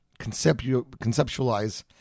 conceptualize